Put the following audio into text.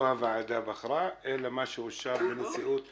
לא הוועדה בחרה אלא כך אושר בנשיאות הכנסת.